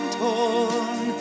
torn